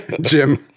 Jim